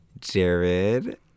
Jared